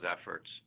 efforts